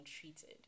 treated